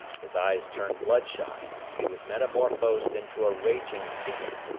his eyes turned blood-shot, and he was metamorphosed into a raging fiend.